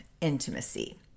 intimacy